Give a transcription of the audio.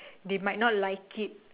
they might not like it